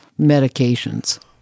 medications